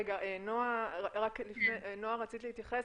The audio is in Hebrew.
רגע, נועה רצית להתייחס?